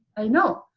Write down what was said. i know.